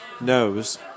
knows